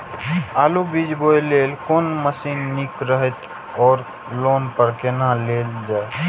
आलु बीज बोय लेल कोन मशीन निक रहैत ओर लोन पर केना लेल जाय?